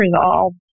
resolved